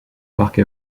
parc